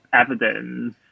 evidence